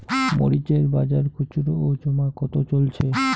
মরিচ এর বাজার খুচরো ও জমা কত চলছে?